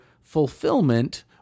fulfillment